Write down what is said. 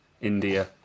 India